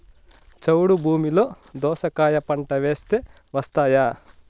చౌడు భూమిలో దోస కాయ పంట వేస్తే వస్తాయా?